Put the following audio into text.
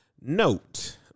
Note